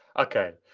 okay.